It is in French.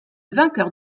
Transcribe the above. vainqueur